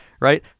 Right